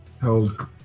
held